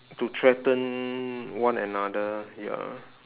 to threaten one another ya